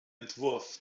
entwurf